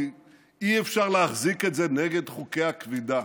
כי אי-אפשר להחזיק את זה נגד חוקי הכבידה,